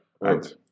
Right